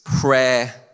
prayer